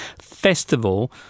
Festival